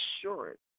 assurance